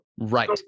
Right